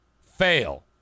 fail